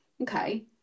Okay